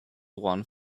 one